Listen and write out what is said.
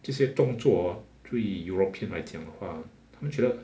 这些动作 hor 对 european 来讲的话他们觉得